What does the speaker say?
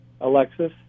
Alexis